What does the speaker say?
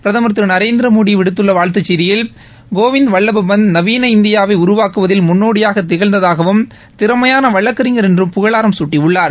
பிரதம் திரு நரேந்திரமோடி விடுத்துள்ள செய்தியில் கோவிந்த் வல்லப்பந்த் நவீன இந்தியாவை உருவாக்குவதில் முன்னோடியாக திகழ்ந்ததாகவும் திறமையான வழக்கறிஞர் என்றும் புகழாரம் சூட்டியுள்ளார்